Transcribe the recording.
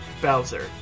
Bowser